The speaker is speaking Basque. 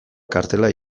kartela